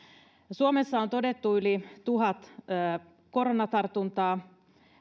suomessa on todettu yli tuhat koronatartuntaa